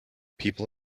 people